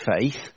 faith